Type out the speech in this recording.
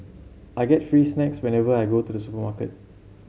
I get free snacks whenever I go to the supermarket